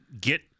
get